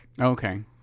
Okay